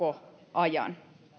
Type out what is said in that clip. ajan